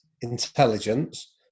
intelligence